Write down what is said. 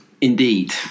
Indeed